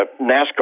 NASCAR